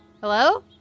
Hello